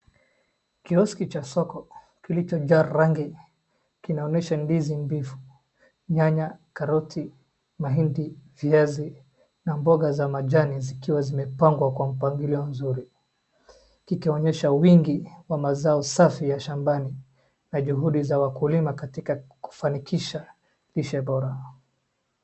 Kioski cha soko kilichojaa rangi, kinaonyesha ndizi mbivu, nyanya, karoti, mahindi, viazi na mboga za majani zikiwa zimepangwa kwa mpangilio mzuri, kikionyesha wingi wa mazao safi ya shambani, na juhudi za wakulima katika kufanikisha lishe bora.